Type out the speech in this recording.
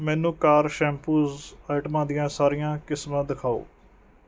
ਮੈਨੂੰ car shampoos ਆਈਟਮਾਂ ਦੀਆਂ ਸਾਰੀਆਂ ਕਿਸਮਾਂ ਦਿਖਾਓ